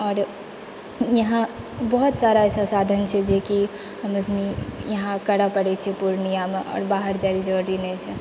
आओर यहाँ बहुत सारा ऐसा साधन छै जेकि हमरा सुनि यहाँ करै पड़ै छै पूर्णियामे आओर बाहर जाइले जरूरी नहि छै